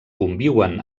conviuen